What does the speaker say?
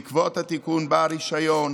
בעקבות התיקון, בעל רישיון